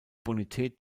bonität